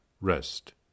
rest